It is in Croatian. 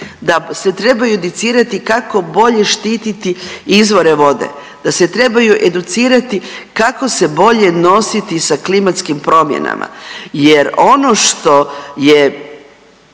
da se trebaju educirati kako bolje štititi izvore vode, da se trebaju educirati kako se bolje nositi sa klimatskim promjenama. Jer ono što je